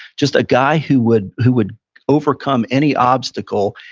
just a guy who would who would overcome any obstacle,